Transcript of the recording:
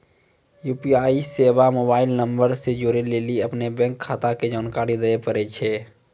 UPI सेबा mobile नंबरो से जोड़ै लेली अपनो बैंक खाता के जानकारी दिये पड़ै छै